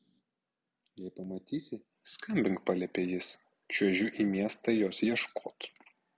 jei pamatysi skambink paliepė jis čiuožiu į miestą jos ieškot